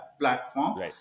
platform